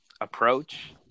approach